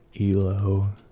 elo